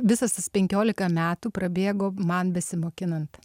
visas tas penkiolika metų prabėgo man besimokinant